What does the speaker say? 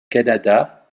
canada